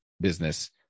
business